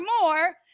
more